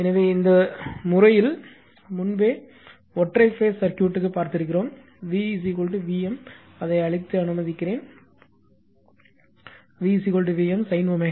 எனவே இந்த முறையில் முன்பே ஒற்றை பேஸ் சர்க்யூட்க்கு பார்த்திருக்கிறோம் வி வி மீ அதை அழித்து அனுமதிக்கிறேன் v v m sin t